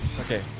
Okay